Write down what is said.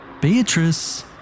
Beatrice